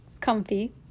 comfy